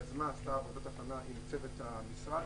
היא עשתה עבודת הכנה עם צוות המשרד,